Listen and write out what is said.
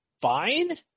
fine